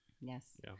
Yes